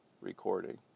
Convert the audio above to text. recording